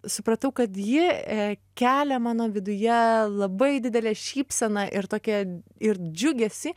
supratau kad ji kelia mano viduje labai didelę šypseną ir tokia ir džiugesį